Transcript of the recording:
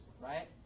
right